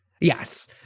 Yes